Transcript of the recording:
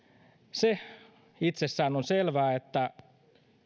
se itsessään on selvää että